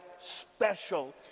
special